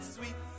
Sweet